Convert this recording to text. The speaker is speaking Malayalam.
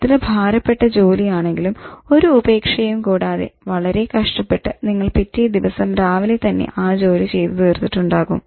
എത്ര ഭാരപ്പെട്ട ജോലിയാണെങ്കിലും ഒരു ഉപേക്ഷയും കൂടാതെ വളരെ കഷ്ടപ്പെട്ട് നിങ്ങൾ പിറ്റേ ദിവസം രാവിലെ തന്നെ ആ ജോലി ചെയ്ത് തീർത്തിട്ടുണ്ടാകും